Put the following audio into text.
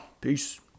Peace